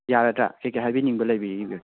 ꯌꯥꯔꯗ꯭ꯔ ꯀꯩꯀꯩ ꯍꯥꯏꯕꯤꯅꯤꯡꯒꯦ ꯂꯩꯕꯤꯔꯤꯒꯦ